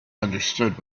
understood